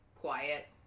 quiet